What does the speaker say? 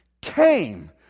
came